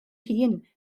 hun